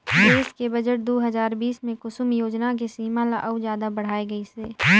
देस के बजट दू हजार बीस मे कुसुम योजना के सीमा ल अउ जादा बढाए गइसे